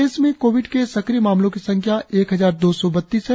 प्रदेश में कोविड के सक्रिय मामलों की संख्या एक हजार दो सौ बत्तीस है